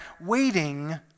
waiting